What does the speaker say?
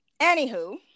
Anywho